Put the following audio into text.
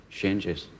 changes